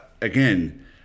again